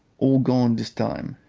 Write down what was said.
all gone dis time,